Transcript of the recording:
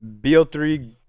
BO3